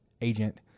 agent